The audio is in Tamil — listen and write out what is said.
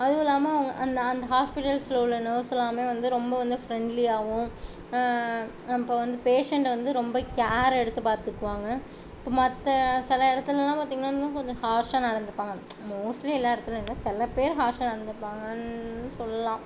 அதுவும் இல்லாமல் அவங்க அந்த அந்த ஹாஸ்ப்பிட்டல்ஸில் உள்ள நர்ஸ் எல்லாமே வந்து ரொம்ப வந்து ஃப்ரெண்ட்லியாகவும் இப்போ வந்து பேஷண்ட்டை வந்து ரொம்ப கேர் எடுத்து பார்த்துக்குவாங்க இப்போ மற்ற சில இடத்துலலாம் பார்த்திங்கனா இன்னும் கொஞ்சம் ஹார்ஷாக நடந்துப்பாங்க மோஸ்ட்லி எல்லா இடத்துல இல்லை சில பேர் ஹார்ஷாக நடந்துப்பாங்கன்னு சொல்லலாம்